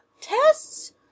tests